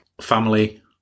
family